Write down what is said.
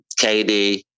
KD